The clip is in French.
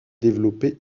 développé